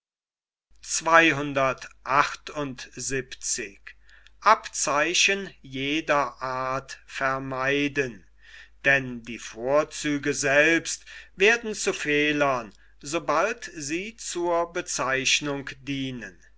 denn die vorzüge selbst werden zu fehlern sobald sie zur bezeichnung dienen